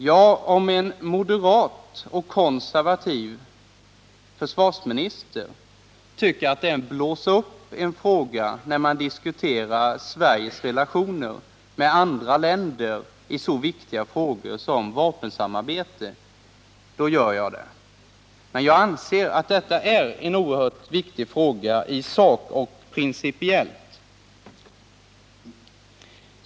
Ja, om en moderat och konservativ försvarsminister tycker att det är att blåsa upp en fråga när man diskuterar Sveriges relationer med andra länder i så viktiga frågor som vapensamarbete, då gör jag det. Men jag anser att detta är en oerhört viktig fråga, i sak och principiellt.